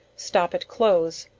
stop it close,